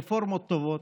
רפורמות טובות.